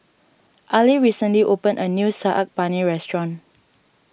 Ali recently opened a new Saag Paneer restaurant